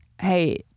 Hey